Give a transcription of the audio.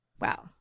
Wow